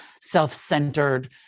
self-centered